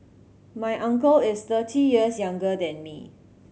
my uncle is thirty years younger than me